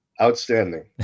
outstanding